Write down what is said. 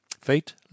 Fate